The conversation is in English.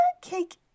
cake